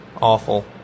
awful